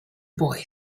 boy